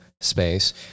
space